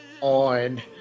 on